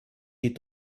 die